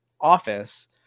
office